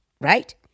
Right